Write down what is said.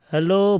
Hello